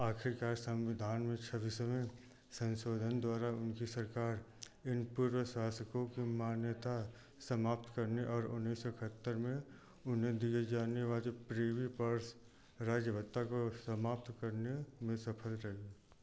आखिरकार संविधान में छब्बीसवें संशोधन द्वारा उनकी सरकार इन पूर्व शासकों की मान्यता समाप्त करने और उन्नीस सौ एकहत्तर में उन्हें दिए जाने वाले प्रिवी पर्स राज भत्ता को समाप्त करने में सफल रही